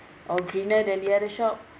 or greener than the other shop